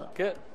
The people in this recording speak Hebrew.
כן.